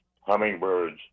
hummingbirds